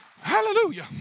Hallelujah